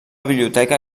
biblioteca